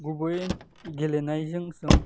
गुबैयै गेलेनायजों जों